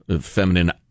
feminine